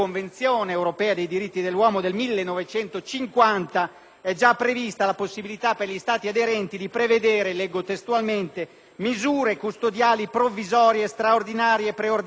è già prevista la possibilità per gli Stati aderenti di prevedere, leggo testualmente: «(...) misure custodiali provvisorie straordinarie, preordinate all'esecuzione del provvedimento di espulsione di stranieri».